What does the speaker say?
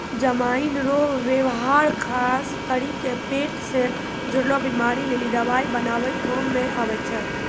जमाइन रो वेवहार खास करी के पेट से जुड़लो बीमारी लेली दवाइ बनाबै काम मे आबै छै